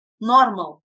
normal